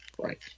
Right